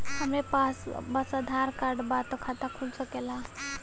हमरे पास बस आधार कार्ड बा त खाता खुल सकेला?